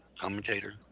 commentator